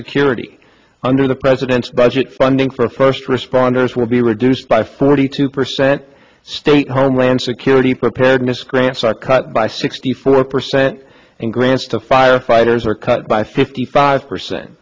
security under the president's budget funding for first responders will be reduced by forty two percent state homeland security preparedness grants are cut by sixty four percent and grants to firefighters are cut by fifty five percent